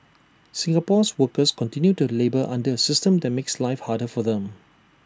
Singapore's workers continue to labour under A system that makes life harder for them